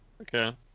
Okay